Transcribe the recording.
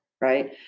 right